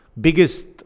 biggest